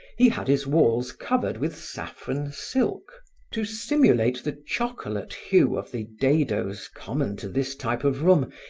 he had his walls covered with saffron silk to stimulate the chocolate hue of the dadoes common to this type of room,